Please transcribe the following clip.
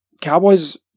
Cowboys